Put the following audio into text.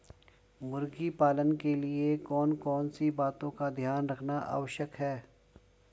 मुर्गी पालन के लिए कौन कौन सी बातों का ध्यान रखना आवश्यक है?